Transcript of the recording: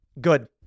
good